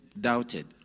doubted